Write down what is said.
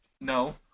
No